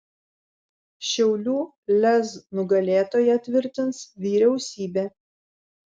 šiaulių lez nugalėtoją tvirtins vyriausybė